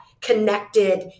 connected